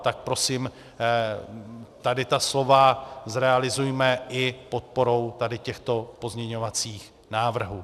Tak prosím, tady ta slova zrealizujme i podporou těchto pozměňovacích návrhů.